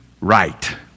right